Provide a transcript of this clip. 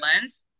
lens